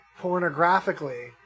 pornographically